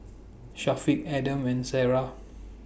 Syafiq Adam and Sarah